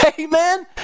Amen